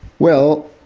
well,